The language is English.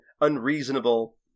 unreasonable